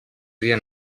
dia